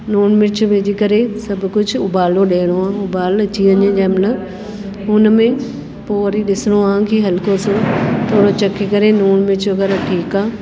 लूणु मिर्च विझी करे सभु कुझु उबालो ॾियणो आहे उबाल अची वञे जंहिं महिल हुन में पोइ वरी ॾिसिणो आहे की हल्को सो थोरो चखे करे लूणु मिर्च वग़ैरह ठीकु आहे